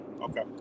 Okay